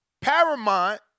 Paramount